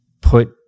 put